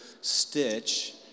stitch